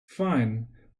fine